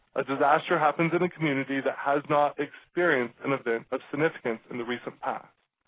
a disaster happens in a community that has not experienced an event of significance in the recent past,